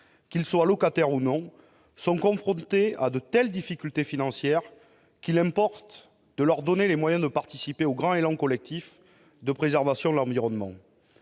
qu'ils soient locataires ou non, sont confrontés à de telles difficultés financières qu'il importe de leur donner les moyens de participer au grand élan collectif de préservation de l'environnement.